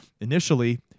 initially